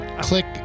click